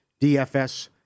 DFS